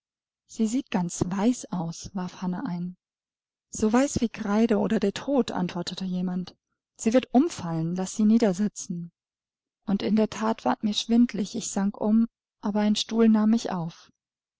sie sieht ganz weiß aus warf hannah ein so weiß wie kreide oder der tod antwortete jemand sie wird umfallen laß sie niedersitzen und in der thar ward mir schwindlig ich sank um aber ein stuhl nahm mich auf